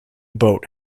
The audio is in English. boat